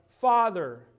Father